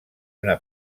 una